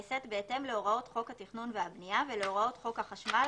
נעשית בהתאם להוראות חוק התכנון והבנייה ולהוראות חוק החשמל,